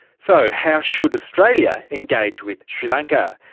so how should australia engage with sri lanka?